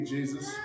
Jesus